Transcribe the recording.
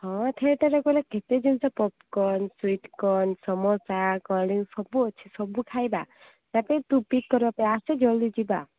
ହଁ ଥିଏଟର୍ରେ ଗଲେ କେତେ ଜିନିଷ popcorn sweet corn samosa କଡ଼ି ସବୁ ଅଛି ସବୁ ଖାଇବା ତା ପରେ ତୁ ପିକ୍ କରିବା ପାଇଁ ଆସେ ଜଲଦି ଯିବା